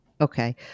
Okay